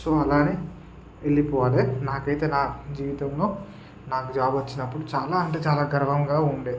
so అలానే వెళ్ళిపోవలే నాకైతే నా జీవితంలో నాకు జాబ్ వచ్చినప్పుడు చాలా అంటే చాలా గర్వంగా ఉండేది